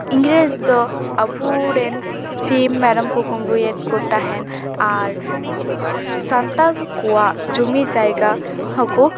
ᱤᱝᱨᱮᱡᱽ ᱫᱚ ᱟᱵᱚᱨᱮᱱ ᱥᱤᱢ ᱢᱮᱨᱚᱢ ᱠᱚ ᱠᱩᱢᱲᱩᱭᱮᱫ ᱠᱚ ᱛᱟᱦᱮᱱ ᱟᱨ ᱥᱟᱱᱛᱟᱲ ᱠᱚᱣᱟᱜ ᱡᱩᱢᱤ ᱡᱟᱭᱜᱟ ᱦᱚᱸᱠᱚ